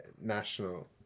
national